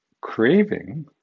craving